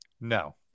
No